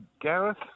Gareth